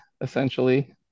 essentially